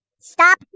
stop